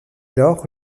lors